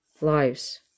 lives